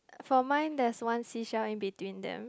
for mine there's one seashell in between them